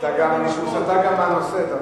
חיכיתי לו כדי לשמוע אותו.